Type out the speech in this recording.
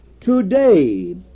Today